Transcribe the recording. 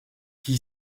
qui